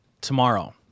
tomorrow